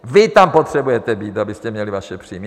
Vy tam potřebujete být, abyste měli vaše příjmy.